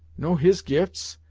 no his gifts,